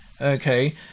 Okay